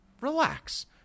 Relax